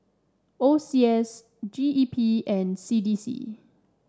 O C S G E P and C D C